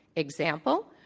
example,